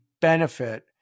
benefit